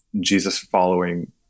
Jesus-following